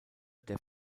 der